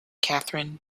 catherine